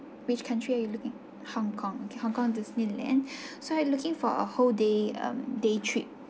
which country are you looking hong kong okay hong kong disneyland so are you looking for a whole day um day trip